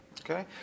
Okay